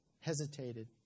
hesitated